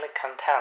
content